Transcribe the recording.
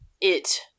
it-